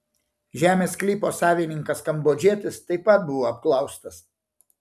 žemės sklypo savininkas kambodžietis taip pat buvo apklaustas